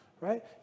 right